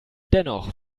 dennoch